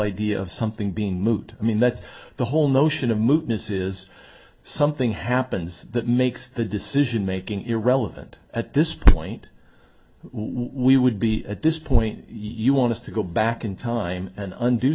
idea of something being moot i mean that the whole notion of movements is something happens that makes the decision making irrelevant at this point we would be at this point you want to go back in time and undo